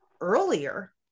earlier